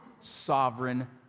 sovereign